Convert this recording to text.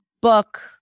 book